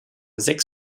sechs